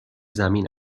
زمین